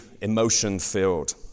emotion-filled